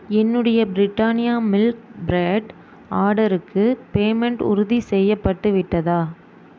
என்னுடைய Britannia milk bread ஆர்டருக்கு payment உறுதிசெய்யப்பட்டு விட்டதா